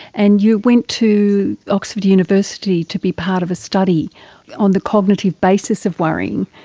and you went to oxford university to be part of a study on the cognitive basis of worrying.